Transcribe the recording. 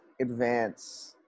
advance